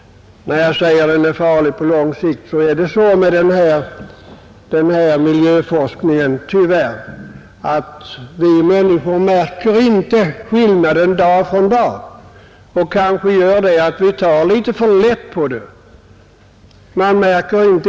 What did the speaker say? När jag säger att den är farlig på lång sikt är det så med oss människor att vi märker inte skillnaden dag från dag, vilket gör att vi kanske tar litet för lätt på det här problemet.